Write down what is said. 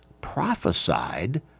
prophesied